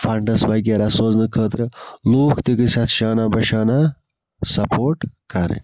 funds وَغیرہ سوزنہٕ خٲطرٕ لوٗکھ تہِ گٔژھۍ اَتھ شانہ بَشانہ سَپوٹ کَرٕنۍ